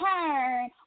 turn